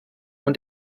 und